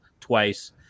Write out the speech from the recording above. twice